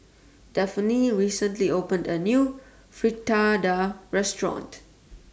Dafne recently opened A New Fritada Restaurant